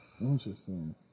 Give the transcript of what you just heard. Interesting